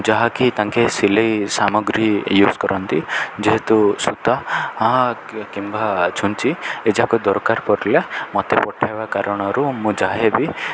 ଯାହାକି ତାଙ୍କେ ସିଲେଇ ସାମଗ୍ରୀ ୟୁଜ୍ କରନ୍ତି ଯେହେତୁ ସୂତା କିମ୍ବା ଛୁଞ୍ଚି ଏ ଯାକ ଦରକାର ପଡ଼ିଲା ମୋତେ ପଠାଇବା କାରଣରୁ ମୁଁ ଯାଏ ବି